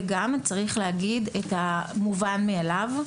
וגם צריך להגיד את המובן מאליו: